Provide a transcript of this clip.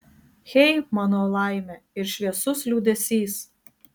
hey mano laime ir šviesus liūdesys